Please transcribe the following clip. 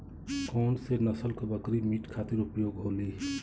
कौन से नसल क बकरी मीट खातिर उपयोग होली?